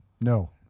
No